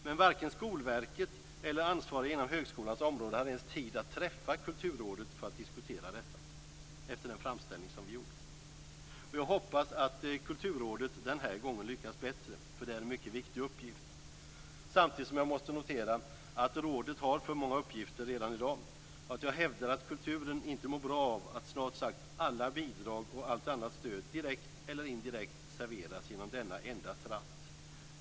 Men varken Skolverket eller ansvariga inom högskolans område hade ens tid att träffa Kulturrådet för att diskutera detta efter den framställning som vi gjorde. Jag hoppas att Kulturrådet lyckas bättre denna gång, för detta är en mycket viktig uppgift. Samtidigt måste jag notera att rådet har för många uppgifter, och jag hävdar att kulturen inte mår bra av att snart sagt alla bidrag och allt annat stöd - direkt eller indirekt - serveras genom denna enda tratt!